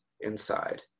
inside